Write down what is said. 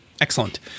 Excellent